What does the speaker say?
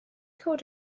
called